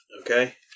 Okay